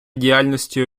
діяльності